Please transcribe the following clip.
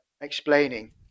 explaining